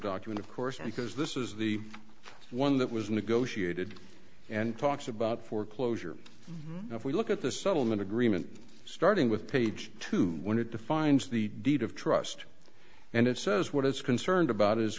document of course because this is the one that was negotiated and talks about foreclosure if we look at the settlement agreement starting with page two when it defines the deed of trust and it says what is concerned about is